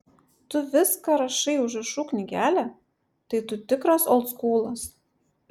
tu viską rašai į užrašų knygelę tai tu tikras oldskūlas